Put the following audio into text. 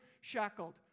shackled